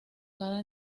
cada